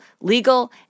legal